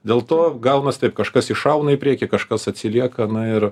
dėl to gaunasi taip kažkas iššauna į priekį kažkas atsilieka na ir